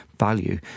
value